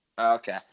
Okay